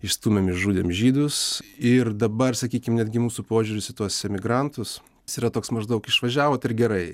išstūmėm išžudėm žydus ir dabar sakykim netgi mūsų požiūris į tuos emigrantus jis yra toks maždaug išvažiavot ir gerai